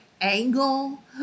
angle